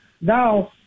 now